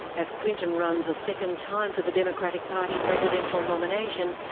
as clinton runs a second time for the democratic party presidential nomination,